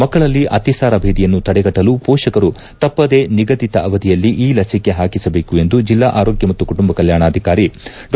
ಮಕ್ಕಳಲ್ಲಿ ಅತಿಸಾರ ಭೇದಿಯನ್ನು ತಡೆಗಟ್ಟಲು ಹೋಷಕರು ತಪ್ಪದೆ ನಿಗದಿತ ಅವಧಿಯಲ್ಲಿ ಈ ಲಸಿಕೆಯನ್ನು ಹಾಕಿಸಬೇಕು ಎಂದು ಜಿಲ್ಲಾ ಆರೋಗ್ಯ ಮತ್ತು ಕುಟುಂಬ ಕಲ್ಯಾಣಾಧಿಕಾರಿ ಡಾ